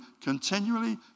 continually